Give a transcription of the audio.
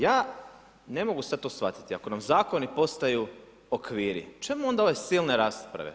Ja ne mogu sad to shvatiti, ako nam zakoni postaju okviri, čemu onda ove silne rasprave?